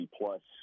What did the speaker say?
plus